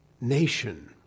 nation